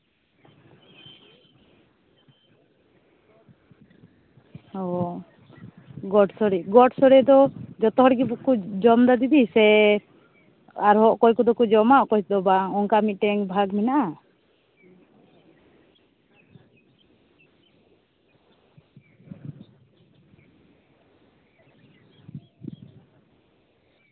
ᱚ ᱜᱚᱴ ᱥᱳᱲᱮ ᱜᱚᱴ ᱥᱳᱲᱮ ᱫᱚ ᱡᱚᱛᱚ ᱦᱚᱲ ᱜᱮᱠᱚ ᱡᱚᱢᱫᱟ ᱫᱤᱫᱤ ᱥᱮ ᱟᱨᱦᱚᱸ ᱚᱠᱚᱭ ᱠᱚᱫᱚ ᱠᱚ ᱡᱚᱢᱟ ᱚᱠᱚᱭ ᱠᱚᱫᱚ ᱵᱟᱝ ᱚᱝᱠᱟ ᱢᱤᱫᱴᱮᱱ ᱵᱷᱟᱜᱽ ᱢᱮᱱᱟᱜᱼᱟ